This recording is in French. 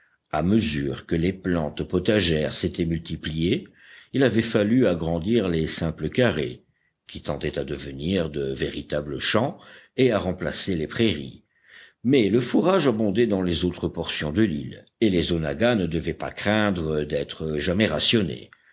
à mesure que les plantes potagères s'étaient multipliées il avait fallu agrandir les simples carrés qui tendaient à devenir de véritables champs et à remplacer les prairies mais le fourrage abondait dans les autres portions de l'île et les onaggas ne devaient pas craindre d'être jamais rationnés